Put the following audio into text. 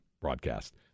broadcast